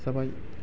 जाबाय